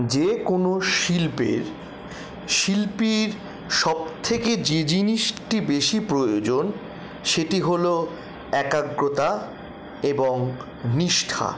যে কোনো শিল্পের শিল্পীর সব থেকে যে জিনিসটি বেশি প্রয়োজন সেটি হলো একাগ্রতা এবং নিষ্ঠা